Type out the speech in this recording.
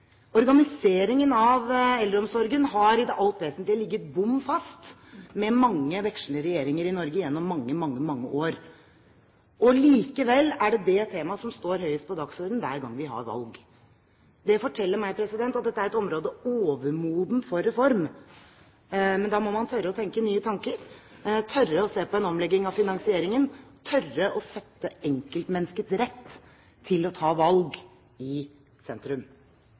Organiseringen av eldreomsorgen har i det alt vesentlige ligget bom fast – med mange vekslende regjeringer i Norge gjennom mange, mange år. Likevel er det det temaet som står høyest på dagsordenen hver gang vi har valg. Det forteller meg at dette er et område overmodent for reform, men da må man tørre å tenke nye tanker, tørre å se på en omlegging av finansieringen og tørre å sette enkeltmenneskets rett til å ta valg i sentrum.